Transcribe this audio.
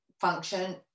function